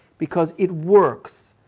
because it works,